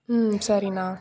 ம் சரிண்ணா